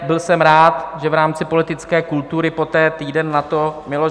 Byl jsem rád, že v rámci politické kultury poté týden nato Miloš